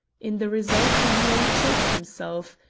in the result he nearly choked himself.